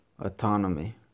autonomy